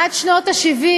עד שנות ה-70,